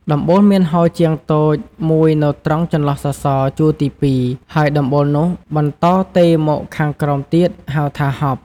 ដំបូលមានហោជាងតូចមួយនៅត្រង់ចន្លោះសសរ ជួរទី២ ហើយដំបូលនោះបន្តទេរមកខាងក្រោមទៀត ហៅថា “ហប់” ។